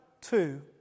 two